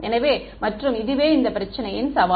எனவே மற்றும் இதுவே இந்த பிரச்சினையின் சவால்